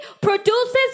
produces